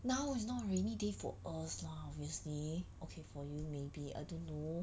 now is not rainy day for us lah obviously okay for you maybe I don't know